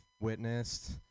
witnessed